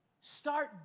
Start